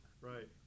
Right